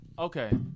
Okay